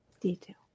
Detail